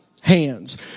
hands